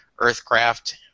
Earthcraft